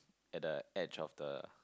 at the edge of the